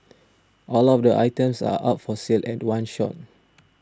all of the items are up for sale at one shot